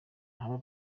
haba